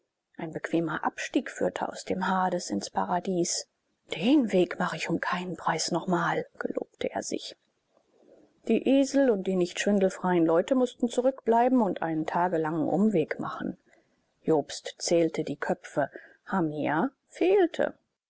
ein bequemer abstieg führte aus dem hades ins paradies den weg mache ich um keinen preis noch einmal gelobte er sich die esel und die nicht schwindelfreien leute mußten zurückbleiben und einen tagelangen umweg machen jobst zählte die köpfe hamia fehlte